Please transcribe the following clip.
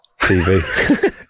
TV